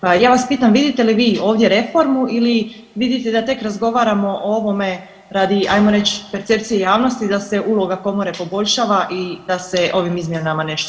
Pa ja Vas pitam, vidite li Vi ovdje reformu ili vidite da te tek razgovaramo o ovome, radi, ajmo reć percepcije javnosti da se uloga komore poboljšava i da se ovim izmjenama nešto